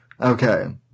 Okay